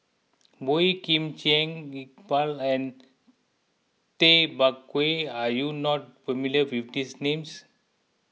Boey Kim Cheng Iqbal and Tay Bak Koi are you not familiar with these names